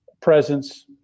presence